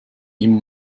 immer